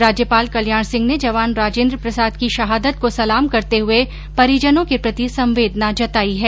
राज्यपाल कल्याण सिंह ने जवान राजेन्द्र प्रसाद की शहादत को सलाम करते हुए परिजनों के प्रति संवेदना जताई है